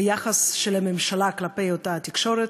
ביחס של הממשלה כלפי אותה תקשורת.